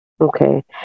Okay